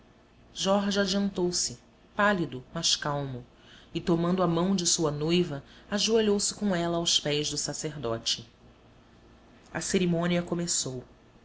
e sedas jorge adiantou-se pálido mas calmo e tomando a mão de sua noiva ajoelhou se com ela aos pés do sacerdote a cerimônia começou